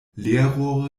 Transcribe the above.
leerrohre